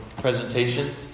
presentation